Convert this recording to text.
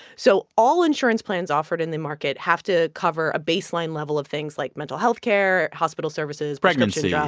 so all insurance plans offered in the market have to cover a baseline baseline level of things, like mental health care, hospital services. pregnancy. yeah